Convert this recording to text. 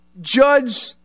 judge